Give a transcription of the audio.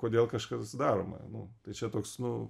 kodėl kažkas daroma nu tai čia toks nu